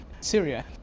Syria